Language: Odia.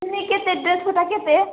ତଥାପି କେତେ ଦେଖୁଥା କେତେ